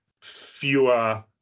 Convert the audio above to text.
fewer